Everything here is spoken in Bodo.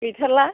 गैथारला